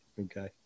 Okay